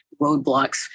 roadblocks